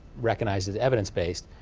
recognized as evidence-based.